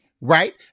right